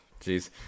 jeez